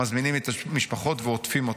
מזמינים את המשפחות ועוטפים אותן,